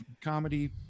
comedy